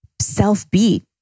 self-beat